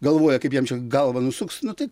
galvoja kaip jam čia galvą nusuks nu tai